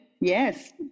Yes